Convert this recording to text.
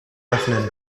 öffnen